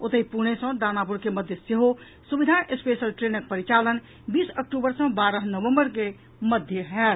ओतहि पूणे सँ दानापुर के मध्य सेहो सुविधा स्पेशल ट्रेनक परिचालन बीस अक्टूबर सँ बारह नवम्बर के मध्य होयत